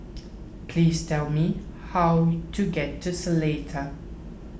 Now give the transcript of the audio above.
please tell me how to get to Seletar